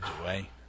away